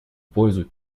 пользу